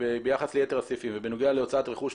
ביחס ליתר הסעיפים והארכה בשנתיים לגבי הוצאת רכוש,